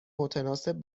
متناسب